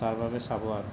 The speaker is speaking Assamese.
তাৰবাবে চাব আৰু